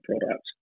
product